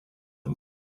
him